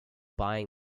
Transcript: buying